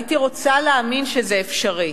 הייתי רוצה להאמין שזה אפשרי,